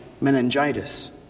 meningitis